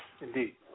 Indeed